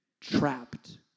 trapped